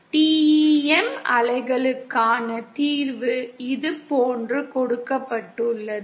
TEM அலைகளுக்கான தீர்வு இதுபோன்று கொடுக்கப்பட்டுள்ளது